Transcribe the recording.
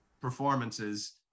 performances